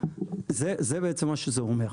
זה בעצם מה שזה אומר.